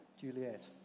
Juliet